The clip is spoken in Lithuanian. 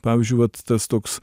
pavyzdžiui vat tas toks